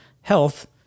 health